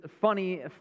funny